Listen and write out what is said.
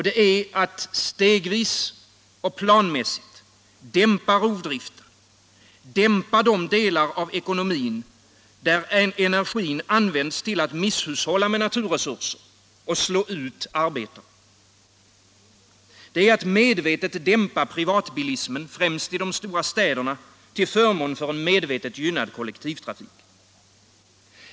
Det är att stegvis och planmässigt dämpa rovdriften och de delar av ekonomin där energin används till att misshushålla med naturresurser och slå ut arbetare. Det är att medvetet dämpa privatbilismen, främst i de stora städerna, till förmån för en medvetet gynnad kollektivtrafik.